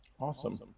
Awesome